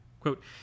Quote